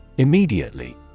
Immediately